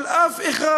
אבל אף אחד,